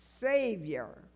Savior